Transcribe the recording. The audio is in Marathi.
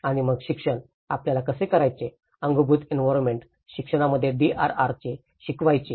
आणि मग शिक्षण आपल्याला कसे करायचे अंगभूत एंवीरोन्मेन्ट शिक्षणामध्ये DRR कसे शिकवायचे